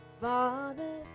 Father